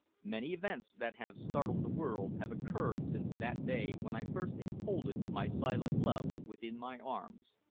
many events that have startled the world have occurred since that day when i first enfolded my silent love within my arms.